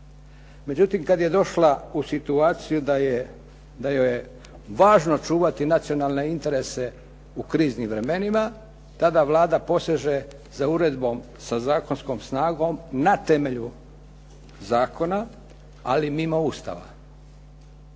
Međutim, kada je došla u situaciju da joj je važno čuvati nacionalne interese u kriznim vremenima, tada Vlada poseže za uredbom sa zakonskom snagom na temelju zakona ali mimo Ustava.